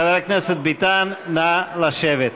חבר הכנסת ביטן, נא לשבת.